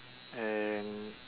and